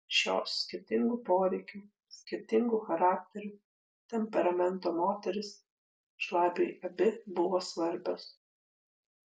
šios skirtingų poreikių skirtingų charakterių temperamento moterys žlabiui abi buvo svarbios